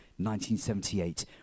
1978